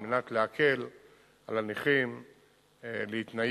על מנת להקל על הנכים להתנייע,